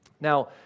Now